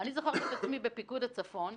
אני זוכרת את עצמי בפיקוד צפון,